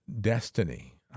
destiny